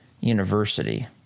University